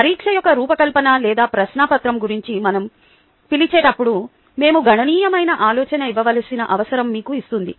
కాబట్టి పరీక్ష యొక్క రూపకల్పన లేదా ప్రశ్నపత్రం గురించి మనం పిలిచేటప్పుడు మేము గణనీయమైన ఆలోచన ఇవ్వవలసిన అవసరం మీకు ఇస్తుంది